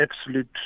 absolute